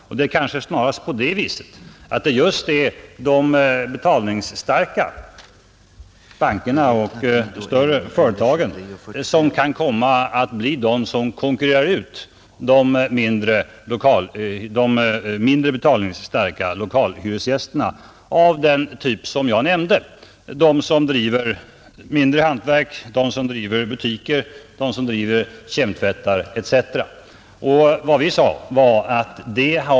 Och det är kanske snarast på det viset att det just är betalningsstarka — bankerna och de större företagen — som kan komma att bli de som konkurrerar ut de mindre betalningsstarka lokalhyresgästerna av den typ jag nämnde: de som driver mindre hantverk, de som driver butiker, de som driver kemtvättar etc.